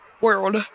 world